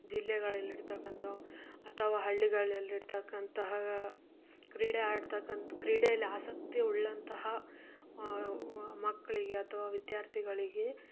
ಜಿಲ್ಲೆಗಳಲ್ಲಿರ್ತಕ್ಕಂಥ ಅಥವಾ ಹಳ್ಳಿಗಳಲ್ಲಿ ಇರ್ತಕ್ಕಂತಹ ಕ್ರೀಡೆ ಆಡ್ತಕ್ಕಂತ ಕ್ರೀಡೆಯಲ್ಲಿ ಆಸಕ್ತಿ ಉಳ್ಳಂತಹ ಮಕ್ಕಳಿಗೆ ಅಥವಾ ವಿದ್ಯಾರ್ಥಿಗಳಿಗೆ